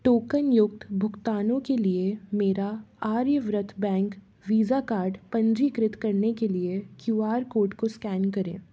टोकनयुक्त भुगतानों के लिए मेरा आर्यव्रत बैंक वीज़ा कार्ड पंजीकृत करने के लिए क्यू आर कोड को स्कैन करें